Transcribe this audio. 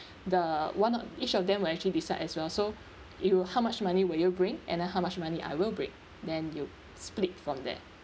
the one o~ each of them will actually decide as well so it will how much money will you bring and uh how much money I will bring then you split from there